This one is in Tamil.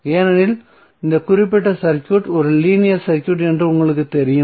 ஏனெனில் இந்த குறிப்பிட்ட சர்க்யூட் ஒரு லீனியர் சர்க்யூட் என்று உங்களுக்குத் தெரியும்